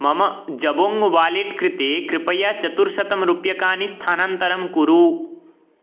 मम Jabong wallet कृते कृपया चतुश्शतं रूप्यकाणि स्थानान्तरं कुरु